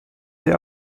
sie